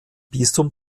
bistum